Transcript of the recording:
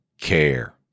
care